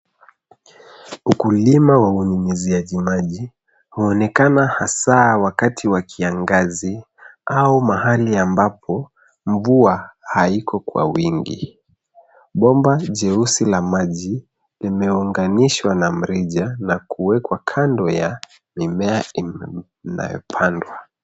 Ukulima wa unyunyuziaji maji, huonekana hasa wakati wa kiangazi au mahali ambapo mvua haiko kwa wingi. Bomba jeusi la maji limeunganishwa na mrija na kuwekwa kando ya mimea inayopandwa.